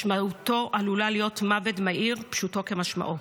משמעותו עלולה להיות מוות מהיר, פשוטו כמשמעו.